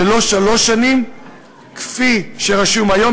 ולא שלוש שנים כפי שרשום היום,